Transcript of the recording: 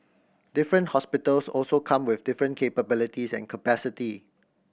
different hospitals also come with different capabilities and capacity